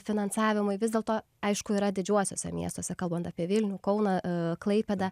finansavimui vis dėlto aišku yra didžiuosiuose miestuose kalbant apie vilnių kauną klaipėdą